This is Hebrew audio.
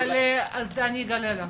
אז אני יגלה לך.